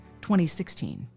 2016